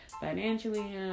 Financially